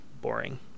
boring